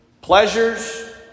pleasures